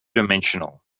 dimensional